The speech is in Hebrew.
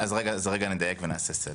רגע נדייק ונעשה סדר,